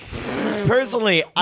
Personally